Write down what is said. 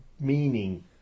meaning